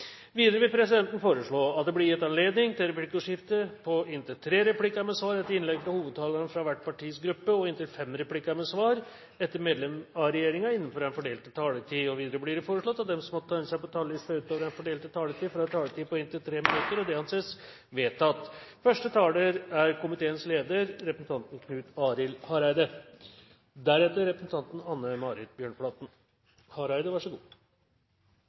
Videre vil presidenten foreslå at det blir gitt anledning til replikkordskifte på inntil tre replikker med svar etter innlegg fra hovedtalerne fra hver partigruppe og inntil fem replikker med svar etter innlegg fra medlemmer av regjeringen innenfor den fordelte taletid. Videre blir det foreslått at de som måtte tegne seg på talerlisten utover den fordelte taletid, får en taletid på inntil 3 minutter. – Det anses vedtatt.